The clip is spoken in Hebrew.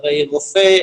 הרי רופא,